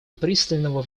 пристального